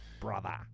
brother